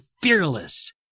fearless